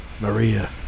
Maria